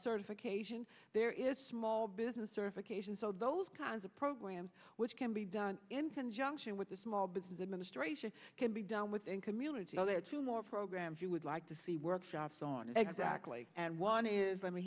certification there is small business certification so those kinds of programs which can be done in conjunction with the small business administration can be done within community are there two more programs you would like to see workshops on exactly and one is i